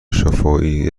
شفاهی